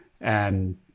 And-